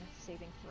saving